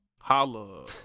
holla